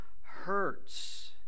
hurts